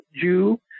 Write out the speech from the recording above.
Jew